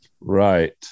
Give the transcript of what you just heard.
right